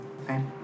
Okay